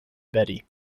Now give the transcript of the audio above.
betty